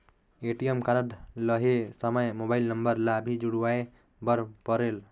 ATM card लहे समय mobile number ला भी जुड़वाए बर परेल?